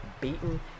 beaten